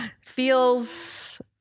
feels